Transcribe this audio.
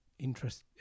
interest